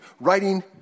writing